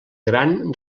gran